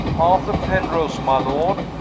arthur penrose, my lord.